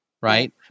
Right